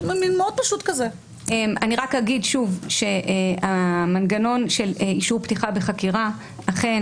אני אגיד שוב שהמנגנון של אישור פתיחה בחקירה אכן